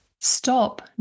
stop